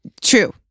True